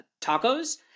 TACOs